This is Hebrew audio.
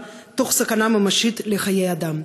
תוך סכנה ממשית לחיי אדם.